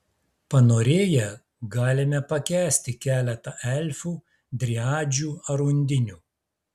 panorėję galime pakęsti keletą elfų driadžių ar undinių